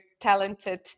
talented